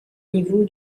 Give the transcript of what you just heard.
niveau